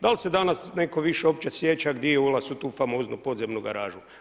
Da li se danas netko više uopće sjeća gdje je ulaz u tu famoznu podzemnu garažu?